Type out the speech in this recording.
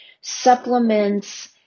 supplements